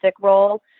role